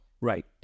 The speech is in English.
right